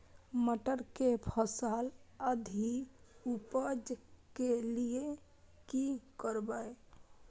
मटर के फसल अछि उपज के लिये की करबै?